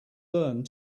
learned